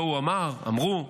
לא הוא אמר, אמרו.